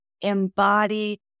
Embody